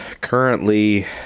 Currently